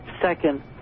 second